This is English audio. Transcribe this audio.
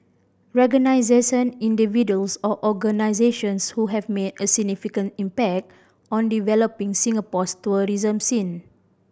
individuals or organisations who have made a significant impact on developing Singapore's tourism scene